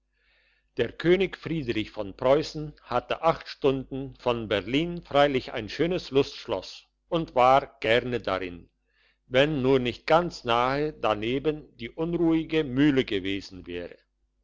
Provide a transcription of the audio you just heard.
der könig friedrich von preussen hatte acht stunden von berlin freilich ein schönes lustschloss und war gerne darin wenn nur nicht ganz nahe daneben die unruhige mühle gewesen wäre